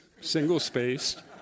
single-spaced